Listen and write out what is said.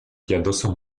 piadoso